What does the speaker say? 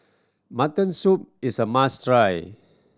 mutton soup is a must try